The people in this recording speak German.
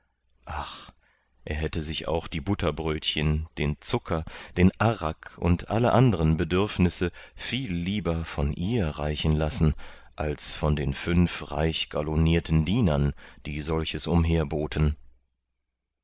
ach er hätte sich auch die butterbrötchen den zucker den arrak und alle andren bedürfnisse viel lieber von ihr reichen lassen als von den fünf reich galonierten dienern die solches